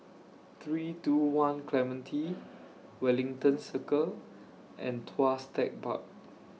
three two one Clementi Wellington Circle and Tuas Tech Park